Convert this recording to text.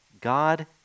God